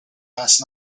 last